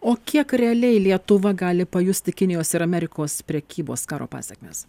o kiek realiai lietuva gali pajusti kinijos ir amerikos prekybos karo pasekmes